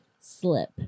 slip